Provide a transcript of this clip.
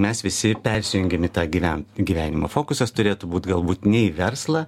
mes visi persijungėm į tą gyven gyvenimo fokusas turėtų būti galbūt ne į verslą